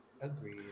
Agreed